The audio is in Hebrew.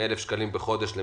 אנחנו